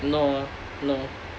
no no